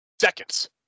seconds